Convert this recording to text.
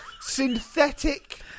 Synthetic